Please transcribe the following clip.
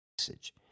message